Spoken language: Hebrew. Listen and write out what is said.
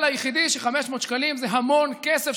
היחיד הוא ש-500 שקלים זה המון כסף,